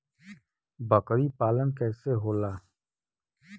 बकरी पालन कैसे होला?